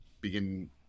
begin